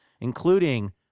including